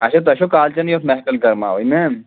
اچھا تۄہہِ چھو کالچَنہٕے یوت محفِل گَرماوٕنۍ نا